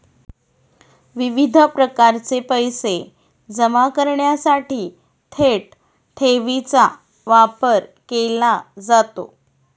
विविध प्रकारचे पैसे जमा करण्यासाठी थेट ठेवीचा वापर केला जातो